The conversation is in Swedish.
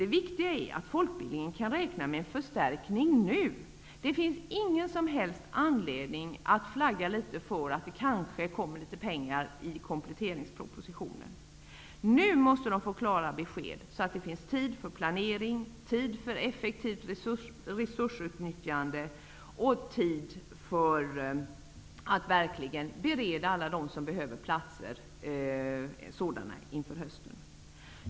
Det viktiga är att folkbildningen kan räkna med en förstärkning nu. Det finns ingen som helst anledning att flagga för att det kanske kommer litet pengar i kompletteringspropositionen. De måste få klara besked nu, så att det finns tid för planering, tid för effektivt resursutnyttjande och tid för att verkligen bereda platser för alla dem som behöver sådana inför hösten.